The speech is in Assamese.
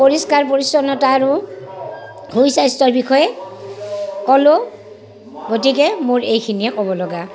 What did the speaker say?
পৰিষ্কাৰ পৰিচ্ছন্নতা আৰু সুস্বাস্থ্যৰ বিষয়ে ক'লোঁ গতিকে মোৰ এইখিনিয়ে ক'ব লগা